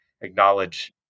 acknowledge